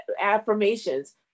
affirmations